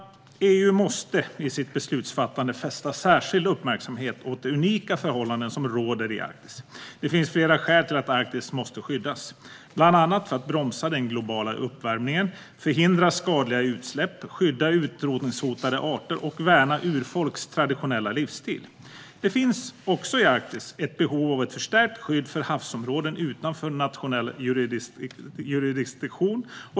EU måste i sitt beslutsfattande fästa särskild uppmärksamhet på de unika förhållanden som råder i Arktis. Det finns flera skäl till att Arktis måste skyddas. Det handlar bland annat om att bromsa den globala uppvärmningen, förhindra skadliga utsläpp, skydda utrotningshotade arter och värna urfolks traditionella livsstil. Det finns, också i Arktis, ett behov av ett förstärkt skydd för havsområden utanför nationell jurisdiktion.